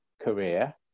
career